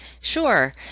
Sure